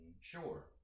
Sure